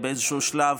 באיזשהו שלב